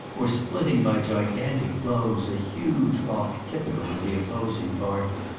or splitting by gigantic blows a huge rock typical of the opposing party.